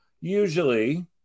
usually